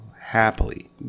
happily